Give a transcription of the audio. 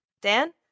Dan